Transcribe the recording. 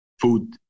food